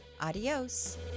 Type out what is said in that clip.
adios